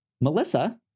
Melissa